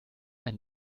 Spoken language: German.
ein